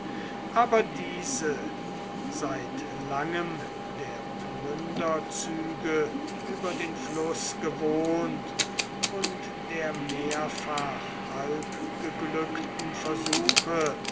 aber diese seit langem der plunderzüge über den fluß gewohnt und der mehrfach halb geglückten versuche